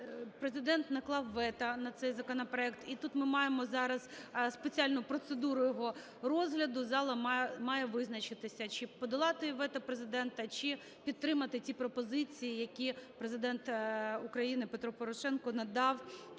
Президент наклав вето на цей законопроект. І тут ми маємо зараз спеціальну процедуру його розгляду. Зала має визначитися, чи подолати вето Президента, чи підтримати ті пропозиції, які Президент України Петро Порошенко надав